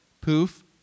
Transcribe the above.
Poof